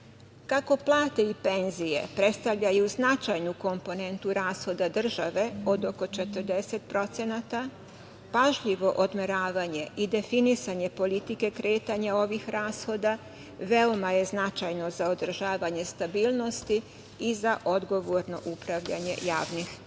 plate i penzije predstavljaju značajnu komponentu rashoda države od oko 40%, pažljivo odmeravanje i definisanje politike kretanja ovih rashoda veoma je značajno za održavanje stabilnosti i za odgovorno upravljanje javnim